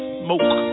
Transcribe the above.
smoke